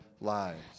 lives